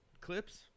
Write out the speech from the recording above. clips